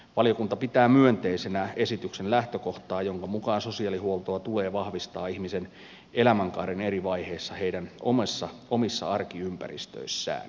valiokunta pitää myönteisenä esityksen lähtökohtaa jonka mukaan sosiaalihuoltoa tulee vahvistaa ihmisten elämänkaaren eri vaiheissa heidän omissa arkiympäristöissään